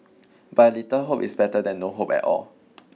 but a little hope is better than no hope at all